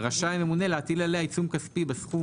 רשאי הממונה להטיל עליה עיצום כספי בסכום